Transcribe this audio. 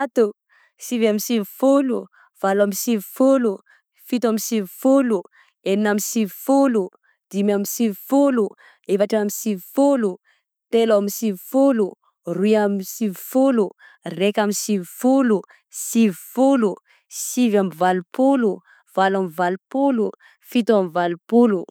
Zato, sivy amby sivifolo, valo amby sivifolo, fito amby sivifolo, enina amby sivifolo, dimy amby sivifolo, efatra amby sivifolo, telo amby sivifolo, roy amby sivifolo, raika amby sivifolo, sivifolo, sivy amby valopolo, valo amby valopolo, fito amby valopolo.